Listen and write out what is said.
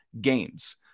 games